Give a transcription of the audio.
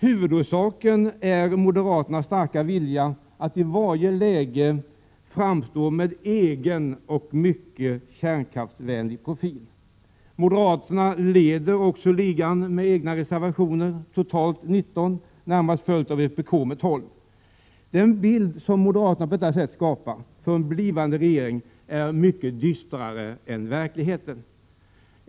Huvudorsaken är moderaternas starka vilja att i varje läge gå fram med en egen och mycket kärnkraftsvänlig profil. Moderaterna leder också ligan med egna reservatio Den bild som moderaterna skapar på detta sätt av en blivande regering är mycket dystrare än verkligheten.